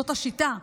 זאת השיטה,